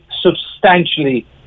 substantially